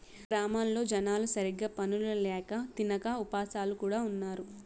గ్రామాల్లో జనాలు సరిగ్గా పనులు ల్యాక తినక ఉపాసాలు కూడా ఉన్నారు